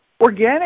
organic